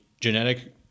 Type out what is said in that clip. genetic